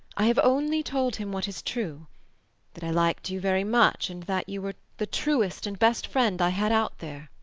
i have only told him what is true that i liked you very much, and that you were the truest and best friend i had out there.